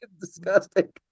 disgusting